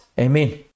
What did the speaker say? Amen